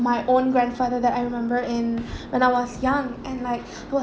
my own grandfather that I remember and when I was young and like he was